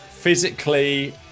Physically